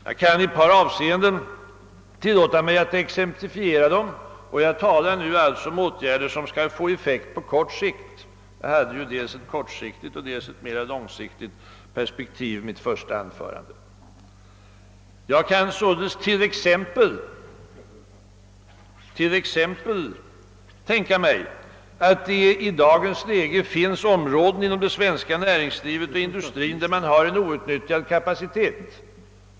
Jag kan ge ett par exempel på åtgärder som vi föreslår — jag talar då om åtgärder som skall få effekt på kort sikt; i mitt första anförande anlade jag ju dels ett kortsiktigt och dels ett mera långsiktigt perspektiv. Det finns i dagens läge områden inom det svenska näringslivet och industrin där man har en outnyttjad kapacitet.